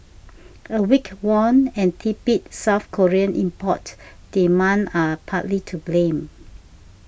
a weak won and tepid South Korean import demand are partly to blame